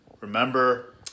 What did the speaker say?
remember